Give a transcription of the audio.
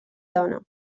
dona